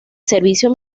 servicio